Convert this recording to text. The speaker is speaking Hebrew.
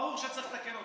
ברור שצריך לתקן אותו.